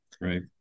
Right